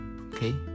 Okay